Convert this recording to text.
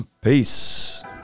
Peace